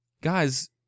guys